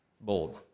bold